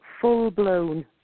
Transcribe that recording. full-blown